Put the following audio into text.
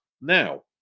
Now